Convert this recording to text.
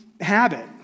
habit